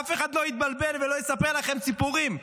שאף אחד לא יתבלבל ולא יספר לכם סיפורים.